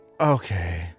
Okay